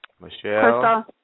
Michelle